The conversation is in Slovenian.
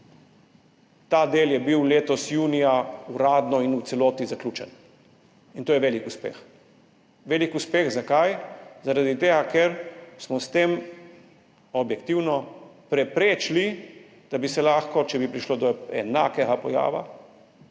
Ta del je bil letos junija uradno in v celoti zaključen in to je velik uspeh. Zakaj velik uspeh? Zaradi tega ker smo s tem objektivno preprečili, da bi se lahko, če bi prišlo do enakega pojava,